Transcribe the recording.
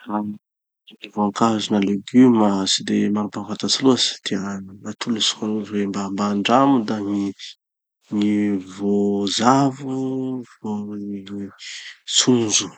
Ah gny voankazo vo leguma tsy de maro mpahafantatsy loatsy ka hatolotsiko hoan'olo hoe mba mba andramo da gny gny vozavo vo gny tsonjo